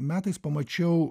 metais pamačiau